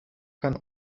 kann